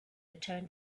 return